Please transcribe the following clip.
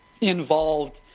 involved